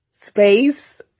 space